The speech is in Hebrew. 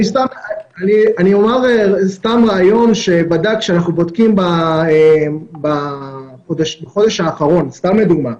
אומר סתם לדוגמה רעיון שאנחנו בודקים בחודש האחרון.